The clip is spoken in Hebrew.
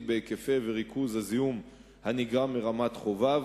בהיקפים ובריכוז של הזיהום הנגרם מרמת-חובב,